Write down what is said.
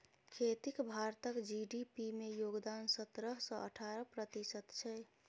खेतीक भारतक जी.डी.पी मे योगदान सतरह सँ अठारह प्रतिशत छै